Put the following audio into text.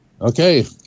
Okay